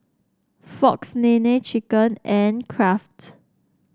Fox Nene Chicken and Kraft